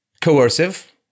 coercive